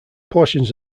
portions